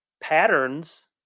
patterns